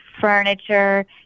furniture